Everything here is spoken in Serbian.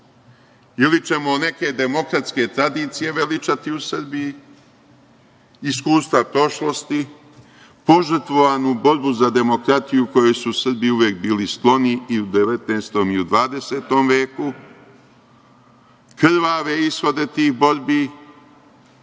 ili ćemo neke demokratske tradicije veličati u Srbiji, iskustva prošlosti, požrtvovanu borbu za demokratiju kojoj su Srbi uvek bili skloni i u 19. i u 20. veku, krvave ishode tih borbi,